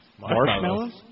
Marshmallows